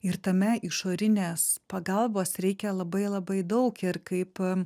ir tame išorinės pagalbos reikia labai labai daug ir kaip